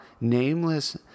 nameless